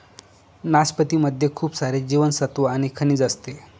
नाशपती मध्ये खूप सारे जीवनसत्त्व आणि खनिज असते